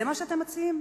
זה מה שאתם מציעים?